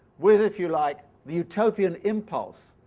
with, if you like, the utopian impulse,